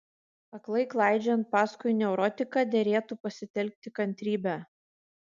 aklai klaidžiojant paskui neurotiką derėtų pasitelkti kantrybę